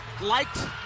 liked